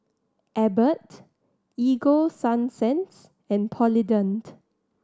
Abbott Ego Sunsense and Polident